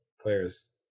players